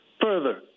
further